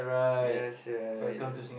ya sia